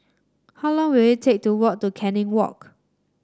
how long will it take to walk to Canning Walk